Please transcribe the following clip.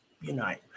unite